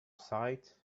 sight